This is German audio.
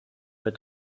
wird